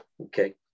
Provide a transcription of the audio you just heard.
okay